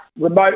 remote